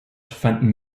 fanden